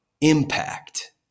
impact